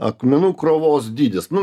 akmenų krovos dydis nu